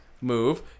move